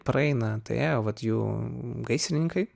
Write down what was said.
praeina tai ėjo vat jų gaisrininkai